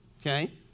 Okay